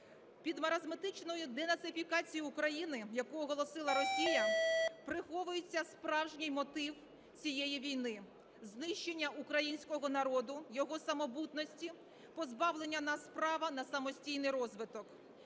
Під маразматичною денацифікацією України, яку оголосила Росія, приховується справжній мотив цієї війни – знищення українського народу, його самобутності, позбавлення нас права на самостійний розвиток.